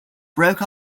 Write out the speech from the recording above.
broke